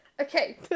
Okay